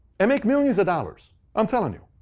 and make millions of dollars. i'm telling you.